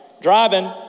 driving